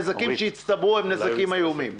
הנזקים שהצטברו הם נזקים איומים.